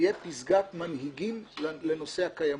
תהיה פסגת מנהיגים לנושא קיימות.